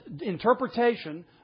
interpretation